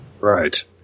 Right